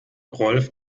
rolf